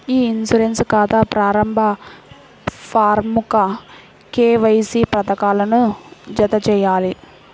ఇ insurance ఖాతా ప్రారంభ ఫారమ్కు కేవైసీ పత్రాలను జతచేయాలి